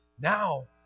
Now